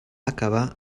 acabar